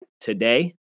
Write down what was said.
today